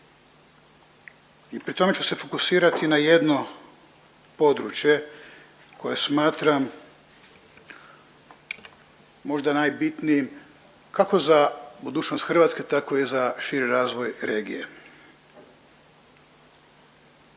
i pri tome ću se fokusirati na jedno područje koje smatram možda najbitnijim kako za budućnost Hrvatske tako i za širi razvoj regije.